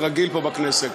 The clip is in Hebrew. זה רגיל פה בכנסת.